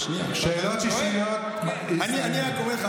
תענה על השאלה, תגיד לי,